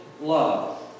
love